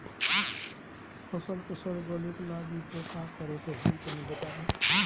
फसल के जड़ गले लागि त का करेके होई तनि बताई?